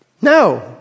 No